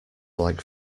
like